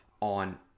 on